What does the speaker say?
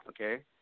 Okay